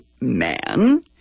man